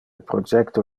projecto